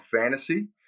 Fantasy